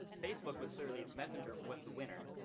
facebook was clearly, messenger was the winner.